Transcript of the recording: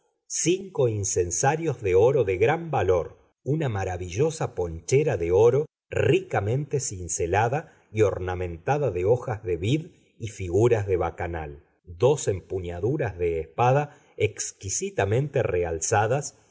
cinco incensarios de oro de gran valor una maravillosa ponchera de oro ricamente cincelada y ornamentada de hojas de vid y figuras de bacanal dos empuñaduras de espada exquisitamente realzadas